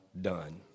done